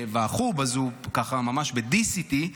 מחו"ב, אז הוא ממש ב"דיס" איתי.